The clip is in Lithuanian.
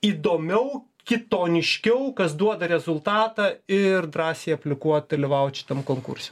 įdomiau kitoniškiau kas duoda rezultatą ir drąsiai aplikuot dalyvaut šitam konkurse